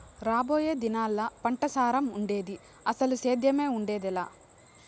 రాబోయే దినాల్లా పంటసారం ఉండేది, అసలు సేద్దెమే ఉండేదెలా